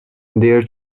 their